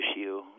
issue